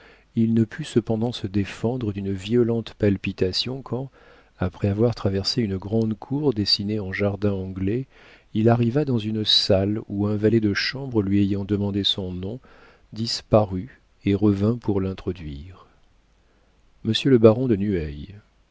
il ne put cependant se défendre d'une violente palpitation quand après avoir traversé une grande cour dessinée en jardin anglais il arriva dans une salle où un valet de chambre lui ayant demandé son nom disparut et revint pour l'introduire monsieur le baron de